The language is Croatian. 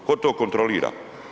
Tko to kontrolira?